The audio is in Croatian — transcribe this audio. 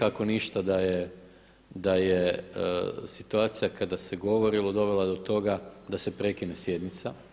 Ako ništa, da je situacija kada se govori dovela do toga da se prekine sjednica.